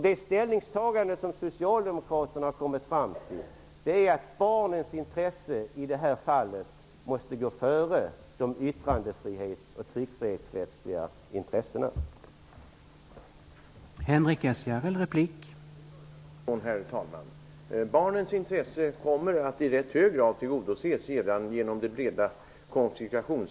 Det ställningstagande som Socialdemokraterna har kommit fram till är att barnens intresse måste gå före de yttrandefrihets och tryckfrihetsrättsliga intressena i det här fallet.